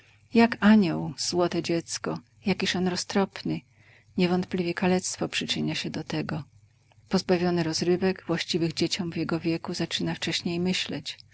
jak anioł złote dziecko jakiż on roztropny niewątpliwie kalectwo przyczynia się do tego pozbawiony rozrywek właściwych dzieciom w jego wieku zaczyna wcześniej myśleć